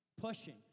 Pushing